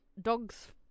dogs